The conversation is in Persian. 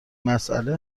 مساله